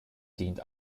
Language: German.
dient